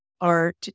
art